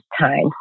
time